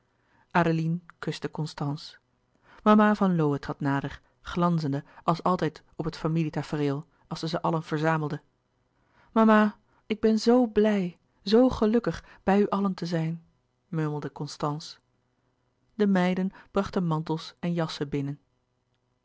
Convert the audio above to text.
mama van lowe trad nader glanzende als altijd op het familie tafereel als zij ze allen verzamelde mama ik ben zo blij zo gelukkig bij u allen te zijn murmelde constance de meiden brachten mantels en jassen binnen